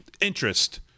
interest